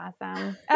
awesome